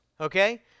okay